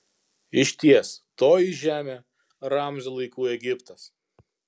išties toji žemė ramzio laikų egiptas